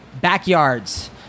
Backyards